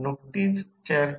परंतु हे कसे वेगळे करू